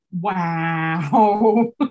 Wow